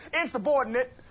insubordinate